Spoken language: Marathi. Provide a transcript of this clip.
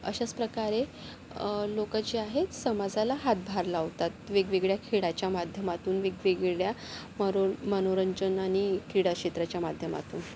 अशाच प्रकारे लोकं जी आहेत समाजाला हातभार लावतात वेगवेगळ्या खेळाच्या माध्यमातून वेगवेगळ्या मरो मनोरंजन आणि क्रीडाक्षेत्राच्या माध्यमातून